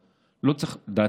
לא צריך תוכנית לכל דבר.